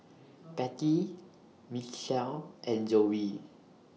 Patty Mitchel and Zoey